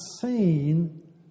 seen